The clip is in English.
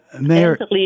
Mayor